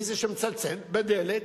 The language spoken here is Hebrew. מי זה שמצלצל בדלת,